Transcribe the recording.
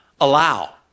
allow